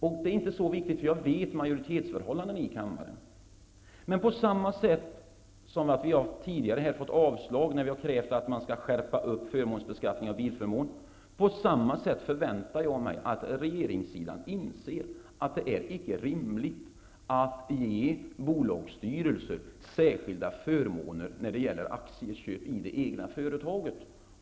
Men det är inte så viktigt, för jag känner ju till majoritetsförhållandena här i kammaren. Tidigare när vi har krävt en skärpning av beskattningen av bilförmåner har det blivit avslag. På samma sätt förväntar jag mig att man på regeringssidan skall inse att det icke är rimligt att bevilja bolagsstyrelser särskilda förmåner när det gäller aktieköp i det egna företaget.